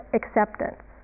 acceptance